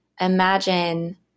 imagine